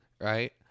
right